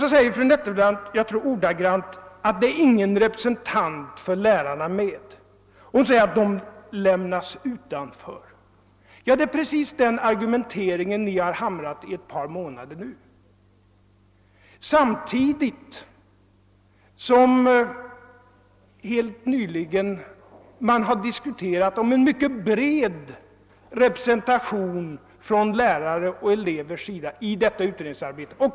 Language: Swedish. Så säger fru Nettelbrandt att det inte finns någon representant för lärarna med, de lämnas utanför. Det är precis samma argumentering som ni har hamrat in under ett par månader nu samtidigt som man helt nyligen har diskuterat en mycket bred representation från lärare och elever i detta utredningsarbete.